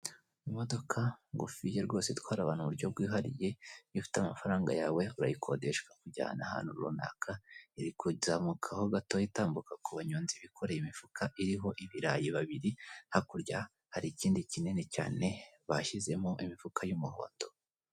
Imodoka ngufiya rwose itwara abantu mu buryo bwihariye iyo ufite amafaranga yawe urayikodesha ikakujyana ahantu runaka, iri kuzamuka ho gatoya itambuka ku banyonzi bikoreye imifuka iriho ibirayi babiri, hakurya hari ikindi kinini cyane bashyizemo imifuka y'umuhondo.